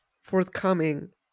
forthcoming